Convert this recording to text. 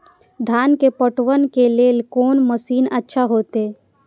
धान के पटवन के लेल कोन मशीन अच्छा होते?